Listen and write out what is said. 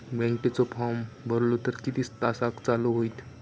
बँकेचो फार्म भरलो तर किती तासाक चालू होईत?